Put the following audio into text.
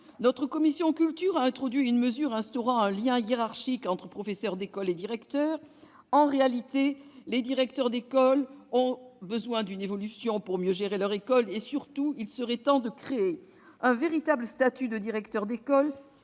Notre commission de la culture a introduit une mesure instaurant un lien hiérarchique entre le directeur d'école et les professeurs. En réalité, les directeurs d'école ont besoin d'une évolution pour mieux gérer leur école ; surtout, il serait temps de créer, dans le cadre d'une